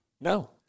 No